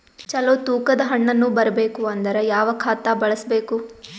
ಚಲೋ ತೂಕ ದ ಹಣ್ಣನ್ನು ಬರಬೇಕು ಅಂದರ ಯಾವ ಖಾತಾ ಬಳಸಬೇಕು?